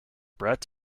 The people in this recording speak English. brett